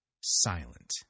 silent